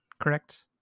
correct